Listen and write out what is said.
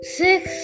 six